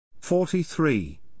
Forty-three